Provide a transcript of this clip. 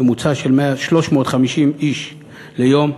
ממוצע של 350 איש ליום.